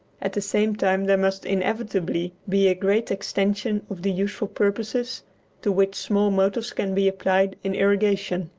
at the same time there must inevitably be a great extension of the useful purposes to which small motors can be applied in irrigation.